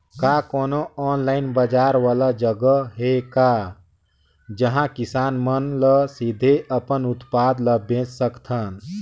का कोनो ऑनलाइन बाजार वाला जगह हे का जहां किसान मन ल सीधे अपन उत्पाद ल बेच सकथन?